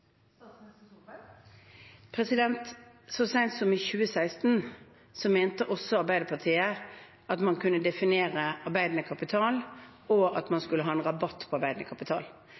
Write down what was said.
Så sent som i 2016 mente også Arbeiderpartiet at man kunne definere arbeidende kapital, og at man skulle ha en rabatt på arbeidende kapital.